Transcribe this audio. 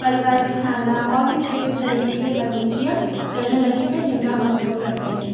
पलवर बिछाना और भी कई कई तरीके के तकनीकियाँ चलने लगी है जिनका हम उपयोग करते हैं